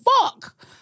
fuck